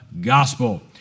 gospel